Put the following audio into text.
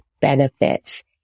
benefits